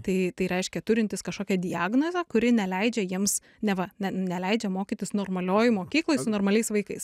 tai tai reiškia turintys kažkokią diagnozę kuri neleidžia jiems neva ne neleidžia mokytis normalioj mokykloj su normaliais vaikais